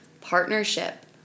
partnership